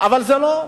אבל זה לא.